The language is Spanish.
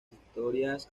historias